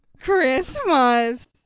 Christmas